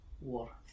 war